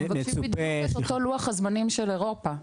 אנחנו מבקשים בדיוק אותו לוח הזמנים של אירופה.